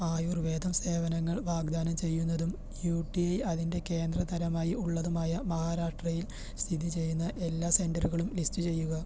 ആയുർവേദം സേവനങ്ങൾ വാഗ്ദാനം ചെയ്യുന്നതും യു ടി ഐ അതിൻ്റെ കേന്ദ്ര തലമായി ഉള്ളതുമായ മഹാരാഷ്ട്രയിൽ സ്ഥിതി ചെയ്യുന്ന എല്ലാ സെൻ്ററുകളും ലിസ്റ്റു ചെയ്യുക